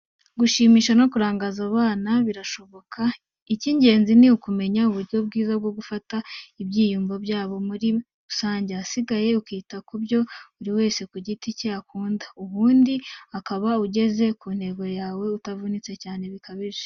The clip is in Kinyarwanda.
Gushimisha no kurangaza abana birashoboka, icy'ingenzi ni ukumenya uburyo bwiza bwo gufata ibyiyumvo byabo muri rusange, ahasigaye ukita ku byo buri wese ku giti cye akunda, ubundi ukaba ugeze ku ntego yawe utavunitse cyane bikabije.